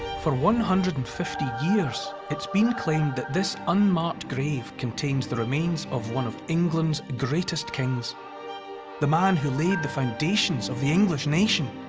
for one hundred and fifty years, it's been claimed that this unmarked grave contains the remains of one of england's greatest kings the man who laid the foundations of the english nation